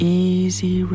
easy